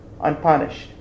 unpunished